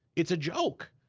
it's a joke.